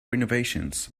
renovations